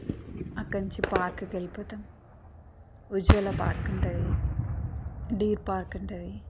అక్కడనుంచి పార్క్కెళ్ళిపోతాం ఉజ్వల పార్క్ ఉంటుంది డీర్ పార్క్ ఉంటుంది